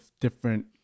different